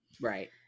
Right